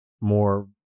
more